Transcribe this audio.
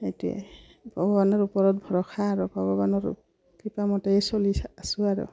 সেইটোৱে ভগৱানৰ ওপৰত ভৰসা আৰু ভগৱানৰ কৃপামতেই চলি আছো আৰু